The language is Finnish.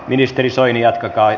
ministeri soini jatkakaa